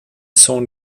son